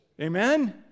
Amen